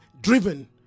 driven